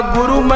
Guru